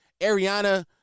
Ariana